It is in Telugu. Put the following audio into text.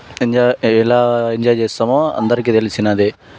ఎంజాయ్ ఎలా ఎంజాయ్ చేస్తాము అందరికీ తెలిసినదే